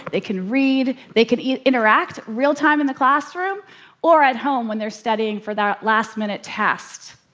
they can read, they can interact real-time in the classroom or at home when they're studying for that last minute test.